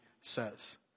says